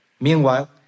Meanwhile